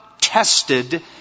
tested